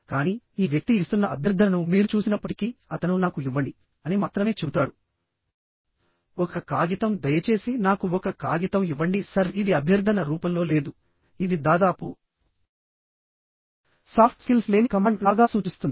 కానీ ఈ వ్యక్తి ఇస్తున్న అభ్యర్థనను మీరు చూసినప్పటికీ అతను నాకు ఇవ్వండి అని మాత్రమే చెబుతాడు ఒక కాగితం దయచేసి నాకు ఒక కాగితం ఇవ్వండి సర్ ఇది అభ్యర్థన రూపంలో లేదు ఇది దాదాపు సాఫ్ట్ స్కిల్స్ లేని కమాండ్ లాగా సూచిస్తుంది